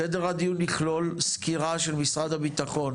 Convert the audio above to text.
סדר הדיון יכלול סקירה של משרד הביטחון.